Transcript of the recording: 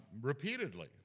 repeatedly